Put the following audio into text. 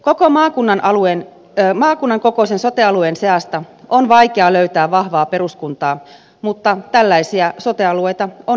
koko maakunnan kokoisen sote alueen seasta on vaikea löytää vahvaa peruskuntaa mutta tällaisia sote alueita on esitetty